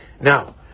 Now